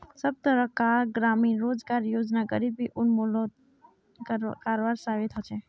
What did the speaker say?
सब तरह कार ग्रामीण रोजगार योजना गरीबी उन्मुलानोत कारगर साबित होछे